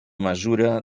mesura